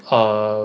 err